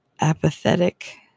apathetic